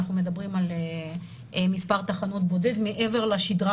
אנחנו מדברים על מספר תחנות בודד מעבר לשגרה